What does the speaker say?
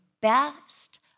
best